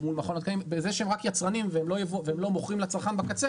בזה שהם רק יצרנים והם לא מוכרים לצרכן בקצה